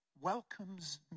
welcomes